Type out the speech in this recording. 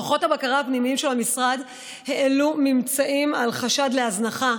דוחות הבקרה הפנימיים של המשרד העלו ממצאים של חשד להזנחה,